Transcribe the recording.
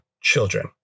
children